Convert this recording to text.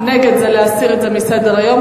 נגד זה להסיר אותו מסדר-היום,